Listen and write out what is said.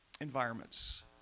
environments